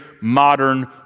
modern